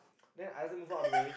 then I also move up all the way